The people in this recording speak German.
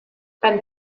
beim